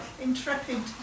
Intrepid